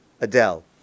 Adele